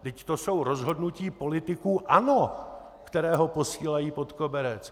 Vždyť to jsou rozhodnutí politiků ANO, kteří ho posílají pod koberec.